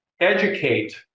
educate